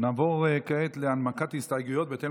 נעבור כעת להנמקת הסתייגויות בהתאם